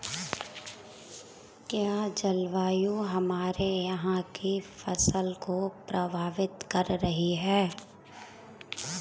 क्या जलवायु हमारे यहाँ की फसल को प्रभावित कर रही है?